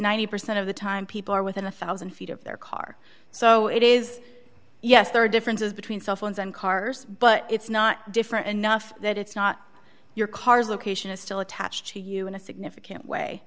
ninety percent of the time people are within a one thousand feet of their car so it is yes there are differences between cell phones and cars but it's not different enough that it's not your car's location is still attached to you in a significant way